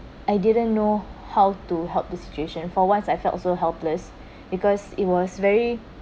I didn't know how to help the situation for once I felt so helpless because it was very